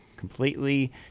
Completely